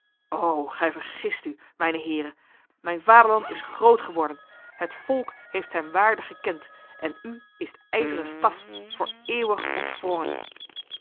o gij vergist u mijne heren mijn vaderland is groot geworden het volk heeft zijn waarde gekend en u is de ijzeren staf voor eeuwig ontwrongen